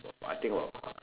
I think about